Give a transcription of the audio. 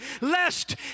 lest